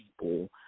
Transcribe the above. people